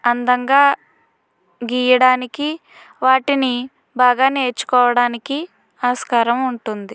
అందంగా గీయడానికి వాటిని బాగా నేర్చుకోవడానికి ఆస్కారం ఉంటుంది